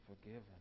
forgiven